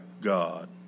God